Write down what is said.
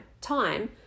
time